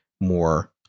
more